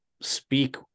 speak